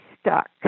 stuck